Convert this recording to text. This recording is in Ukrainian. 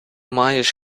маєш